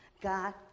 God